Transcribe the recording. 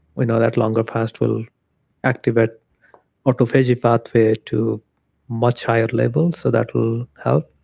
we know that longer fast will activate autophagic pathway to much higher levels, so that will help.